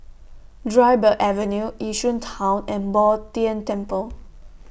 Dryburgh Avenue Yishun Town and Bo Tien Temple